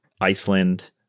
Iceland